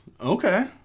Okay